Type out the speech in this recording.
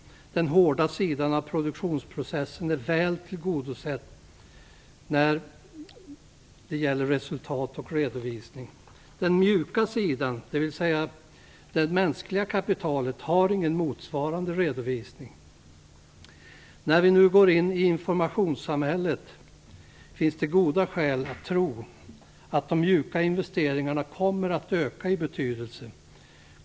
Den hårda sidan av produktionsprocessen är väl tillgodosedd när det gäller resultat och redovisning. Den mjuka sidan, dvs. det mänskliga kapitalet, har ingen motsvarande redovisning. När vi nu går in i informationssamhället finns det goda skäl att tro att de mjuka investeringarna kommer att öka i betydelse.